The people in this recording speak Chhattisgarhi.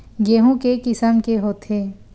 गेहूं के किसम के होथे?